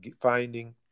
finding